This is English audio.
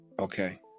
okay